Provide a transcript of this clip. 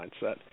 mindset